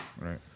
Right